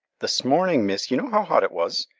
this morning, miss, you know how hot it was?